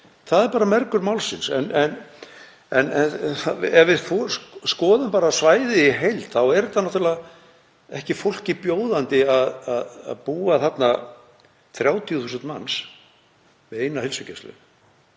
það er mergur málsins. Ef við skoðum svæðið í heild þá er þetta náttúrlega ekki fólki bjóðandi. Það búa þarna 30.000 manns við eina heilsugæslu.